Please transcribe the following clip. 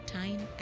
time